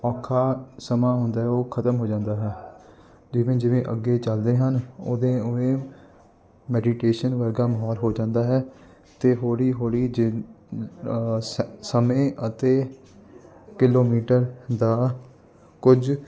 ਔਖਾ ਸਮਾਂ ਹੁੰਦਾ ਹੈ ਉਹ ਖਤਮ ਹੋ ਜਾਂਦਾ ਹੈ ਜਿਵੇਂ ਜਿਵੇਂ ਅੱਗੇ ਚੱਲਦੇ ਹਨ ਓਦੇ ਓਵੇਂ ਮੈਡੀਟੇਸ਼ਨ ਵਰਗਾ ਮਹੌਲ ਹੋ ਜਾਂਦਾ ਹੈ ਅਤੇ ਹੌਲੀ ਹੌਲੀ ਜ ਸ ਸਮੇਂ ਅਤੇ ਕਿਲੋਮੀਟਰ ਦਾ ਕੁਝ